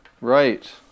right